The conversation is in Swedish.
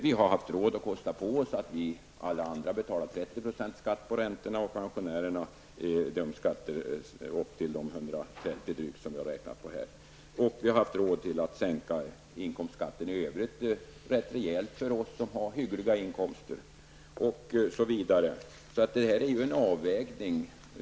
Vi har haft råd att kosta på oss att alla vi andra betalar 30 % skatt på räntorna. Vi har haft råd att sänka inkomstskatten i övrigt rätt rejält för oss som har hyggliga inkomster osv. Detta är ju en avvägning.